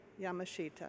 Yamashita